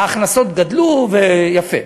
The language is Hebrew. ההכנסות גדלו, יפה.